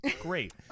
Great